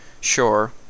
sure